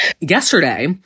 Yesterday